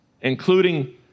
including